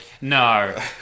No